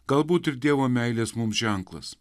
galbūt ir dievo meilės mums ženklas